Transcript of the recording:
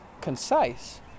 Concise